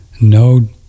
no